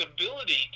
ability